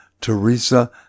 Teresa